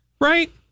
Right